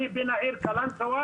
אני בן העיר קלנסווה,